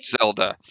Zelda